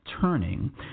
turning